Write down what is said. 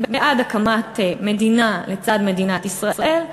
בעד הקמת מדינה לצד מדינת ישראל,